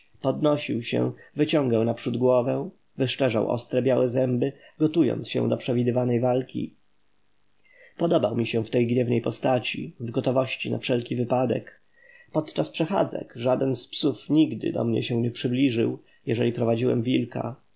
podnosił się wyciągał naprzód głowę wyszczerzał ostre białe zęby gotując się do przewidywanej walki podobał mi się w tej gniewnej postaci w gotowości na wszelki wypadek podczas przechadzek żaden z psów nigdy do mnie nie przybliżył się jeżeli prowadziłem wilka